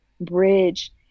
bridge